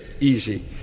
easy